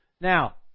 Now